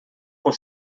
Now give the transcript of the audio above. com